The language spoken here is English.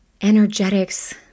energetics